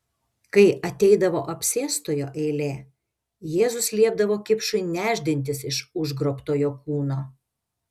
kai ateidavo apsėstojo eilė jėzus liepdavo kipšui nešdintis iš užgrobtojo kūno